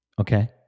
Okay